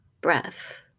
breath